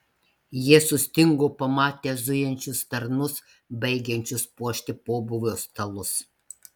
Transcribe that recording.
jie sustingo pamatę zujančius tarnus baigiančius puošti pobūvio stalus